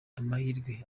amahirwe